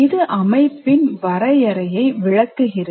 இது அமைப்பின் வரையறையை விளக்குகிறது